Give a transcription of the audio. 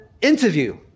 interview